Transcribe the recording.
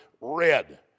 red